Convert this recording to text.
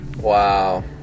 wow